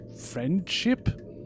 friendship